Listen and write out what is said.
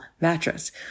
mattress